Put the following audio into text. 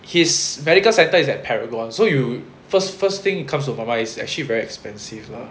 his medical centre is at paragon so you first first thing you come supervised is actually very expensive lah